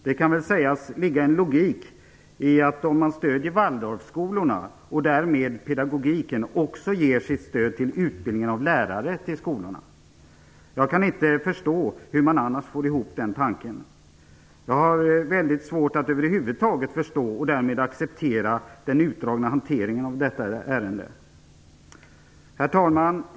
Det kan väl sägas ligga en logik i att man, om man stödjer Waldorfskolorna och därmed Waldorfpedagogiken, också ger sitt stöd till utbildningen av lärare till skolorna. Jag kan inte förstå hur man annars får tanken att gå ihop. Jag har över huvud taget väldigt svårt att förstå och acceptera den utdragna hanteringen av detta ärende. Herr talman!